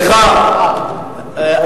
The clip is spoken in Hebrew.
סליחה,